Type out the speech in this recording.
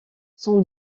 son